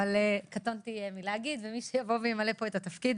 אבל קטונתי מלהגיד ומי שימלא פה את התפקיד